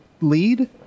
lead